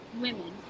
women